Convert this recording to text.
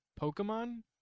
Pokemon